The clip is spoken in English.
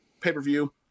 pay-per-view